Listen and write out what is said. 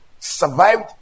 survived